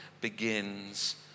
begins